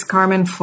Carmen